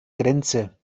grenze